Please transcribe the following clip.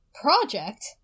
Project